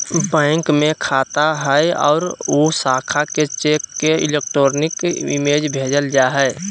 bank में खाता हइ और उ शाखा के चेक के इलेक्ट्रॉनिक इमेज भेजल जा हइ